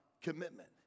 commitment